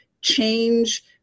change